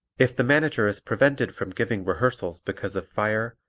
if the manager is prevented from giving rehearsals because of fire,